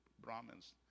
brahmins